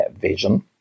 vision